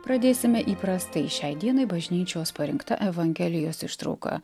pradėsime įprastai šiai dienai bažnyčios parinkta evangelijos ištrauka